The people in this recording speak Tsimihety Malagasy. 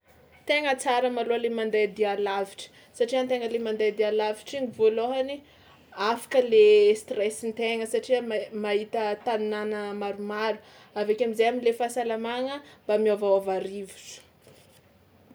Tegna tsara malôha le mandeha dia lavitra satria an-tegna le mandeha dia lavitra iny voalôhany afaka le stressen-tegna satria ma- mahita tanàna maromaro, avy ake am'zay am'le fahasalamagna mba miôvaôva rivotra.